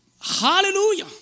Hallelujah